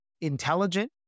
intelligent